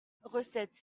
recette